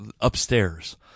upstairs